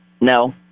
No